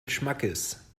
schmackes